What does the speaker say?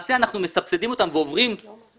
למעשה אנחנו מסבסדים אותם ובעצם עוברים